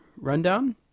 rundown